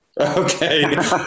Okay